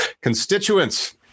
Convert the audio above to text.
constituents